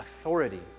authority